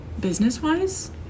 business-wise